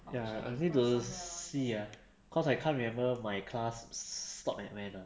ya I need to see ah cause I can't remember my class stop at when ah